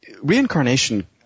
reincarnation